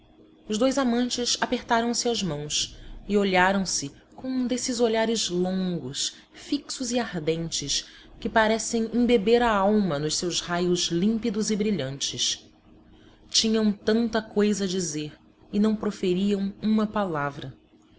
os dois amantes apertaram-se as mãos e olharam se com um desses olhares longos fixos e ardentes que parecem embeber a alma nos seus raios límpidos e brilhantes tinham tanta coisa a dizer e não proferiam uma palavra